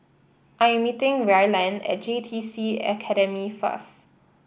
I am meeting Ryland at J T C Academy first